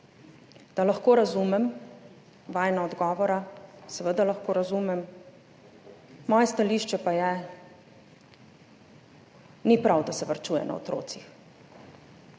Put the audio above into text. da lahko razumem vajina odgovora? Seveda lahko razumem. Moje stališče pa je: ni prav, da se varčuje na otrocih.